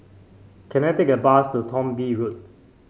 can I take a bus to Thong Bee Road